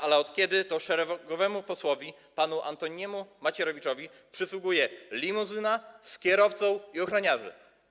Ale od kiedy to szeregowemu posłowi panu Antoniemu Macierewiczowi przysługuje limuzyna z kierowcą i ochroniarzem?